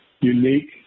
unique